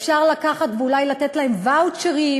אפשר לקחת ואולי לתת להם ואוצ'רים,